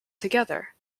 together